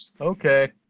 okay